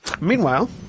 Meanwhile